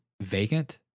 vacant